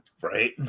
Right